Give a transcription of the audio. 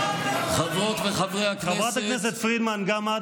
(חבר הכנסת רון כץ יוצא מאולם המליאה.)